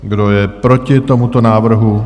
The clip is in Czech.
Kdo je proti tomuto návrhu?